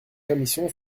commission